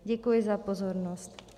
Děkuji za pozornost.